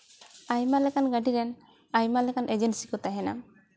ᱟᱭᱢᱟ ᱞᱮᱠᱟᱱ ᱜᱟᱹᱰᱤᱨᱮᱱ ᱟᱭᱢᱟ ᱞᱮᱠᱟᱱ ᱮᱡᱮᱱᱥᱤ ᱠᱚ ᱛᱟᱦᱮᱱᱟ